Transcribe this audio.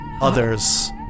Others